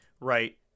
right